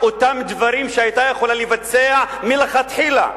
אותם דברים שהיתה יכולה לבצע מלכתחילה,